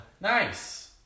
nice